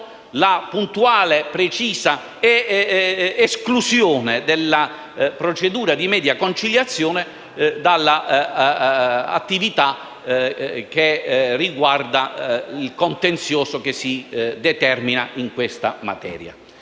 la puntuale e precisa esclusione della procedura di media conciliazione dall'attività riguardante il contenzioso che si determina in questa materia.